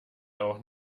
auch